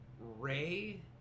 Ray